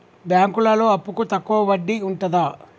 బ్యాంకులలో అప్పుకు తక్కువ వడ్డీ ఉంటదా?